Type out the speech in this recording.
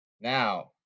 Now